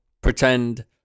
pretend